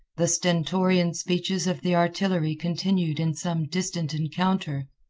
the stentorian speeches of the artillery continued in some distant encounter,